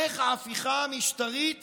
איך ההפיכה המשטרית